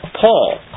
Paul